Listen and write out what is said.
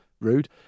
rude